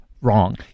wrong